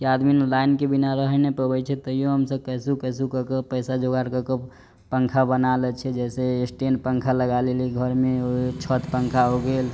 की आदमी न लाइन के बिना रहे नै पबै छै तैयो हमसब कैसहु कैसहु कऽ क पैसा जोगार कऽ क पन्खा बना लै छी जइसे स्टैण्ड पन्खा लगा लेली घर मे छत पन्खा हो गेल